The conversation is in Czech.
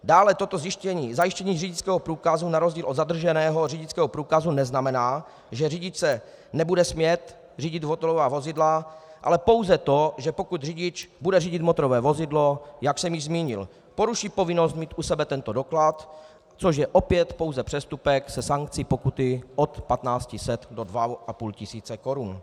Dále toto zajištění řidičského průkazu na rozdíl od zadrženého řidičského průkazu neznamená, že řidič nebude smět řídit motorová vozidla, ale pouze to, že pokud řidič bude řídit motorové vozidlo, jak jsem již zmínil, poruší povinnost mít u sebe tento doklad, což je opět pouze přestupek se sankcí pokuty od 1 500 do 2 500 korun.